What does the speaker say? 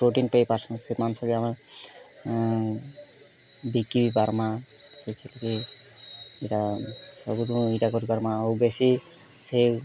protein ପାଇଁ ପାରସୁ ସେଇ ମାଂସ କେ ଆମେ ବିକି ବି ପାରମା ସେଇ ଛେଲି କି ଇଟା ସବୁଠୁ ଏଇଟା କରି ପାରମା ଆଉ ବେଶୀ ସେ